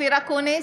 אופיר אקוניס,